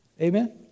Amen